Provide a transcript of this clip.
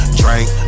drink